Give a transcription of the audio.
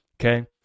Okay